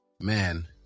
Man